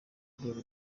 urwego